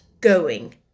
going